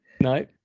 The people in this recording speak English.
No